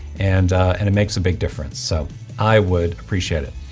and and it makes a big difference. so i would appreciate it.